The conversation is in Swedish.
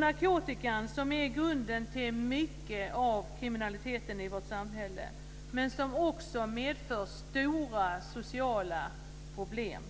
Narkotikan är grunden till mycket av kriminaliteten i vårt samhälle. Den medför också stora sociala problem.